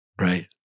Right